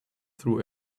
through